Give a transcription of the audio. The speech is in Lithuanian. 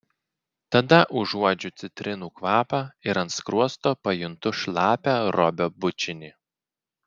tada užuodžiu citrinų kvapą ir ant skruosto pajuntu šlapią robio bučinį